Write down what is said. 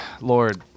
Lord